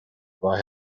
war